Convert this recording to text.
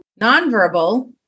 nonverbal